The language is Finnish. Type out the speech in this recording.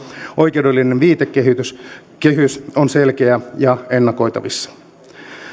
oikeudellinen viitekehys on selkeä ja ennakoitavissa